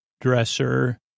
dresser